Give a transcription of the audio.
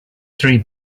three